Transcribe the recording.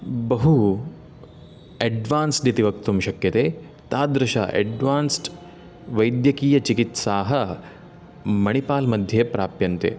बहु एड्वान्स्ड् इति वक्तुं शक्यते तादृश एड्वान्स्ड् वैद्यकीयचिकित्साः मणिपाल् मध्ये प्राप्यन्ते